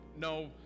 No